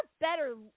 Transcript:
better